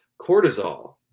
cortisol